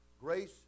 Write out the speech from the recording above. Grace